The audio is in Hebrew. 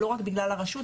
לא רק בגלל הרשות,